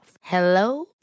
Hello